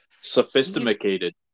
Sophisticated